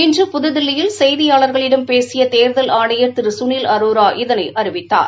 இன்று புதுதில்லியில் செய்தியாளர்களிடம் பேசிய தேர்தல் ஆனையா திரு சுனில் அரோரா இதனை அறிவித்தார்